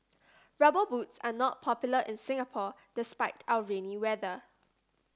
rubber boots are not popular in Singapore despite our rainy weather